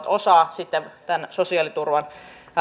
osaa tämän sosiaaliturvan